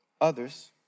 others